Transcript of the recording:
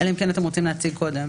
אלא אם כן אתם רוצים להציג קודם.